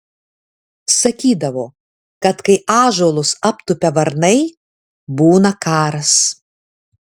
sakydavo kad kai ąžuolus aptupia varnai būna karas